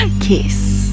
Kiss